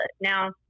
now